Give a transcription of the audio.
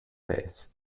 this